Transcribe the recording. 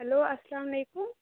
hello السلامُ علیکُم